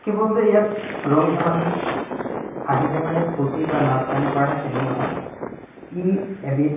যে ইয়াত ৰং ধেমালি হাঁহি ধেমালি ফূৰ্তি বা নাচ গানেই কৰা হয় তেনে নহয় ই এবিধ